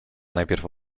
najpierw